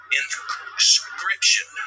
inscription